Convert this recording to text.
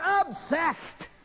obsessed